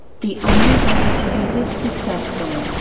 the only way to do this successfully,